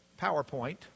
PowerPoint